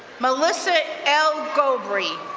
melissa l. gobrie,